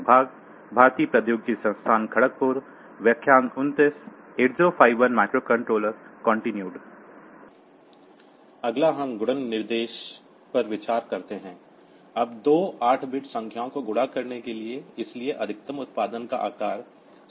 अगला हम गुणन निर्देश पर विचार करते हैं अब दो 8 बिट संख्याओं को गुणा करने के लिए इसलिए अधिकतम उत्पाद का आकार 16 बिट संख्या है